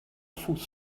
fuß